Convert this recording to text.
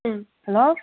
ꯎꯝ hello